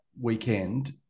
weekend